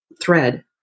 thread